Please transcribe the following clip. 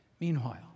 Meanwhile